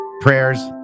prayers